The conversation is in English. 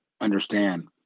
understand